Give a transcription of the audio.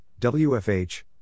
WFH